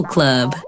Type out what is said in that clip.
Club